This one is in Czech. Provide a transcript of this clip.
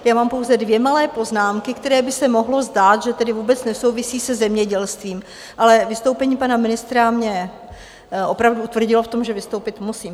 Já mám pouze dvě malé poznámky, které, mohlo by se zdát, že tedy vůbec nesouvisí se zemědělstvím, ale vystoupení pana ministra mě opravdu utvrdilo v tom, že vystoupit musím.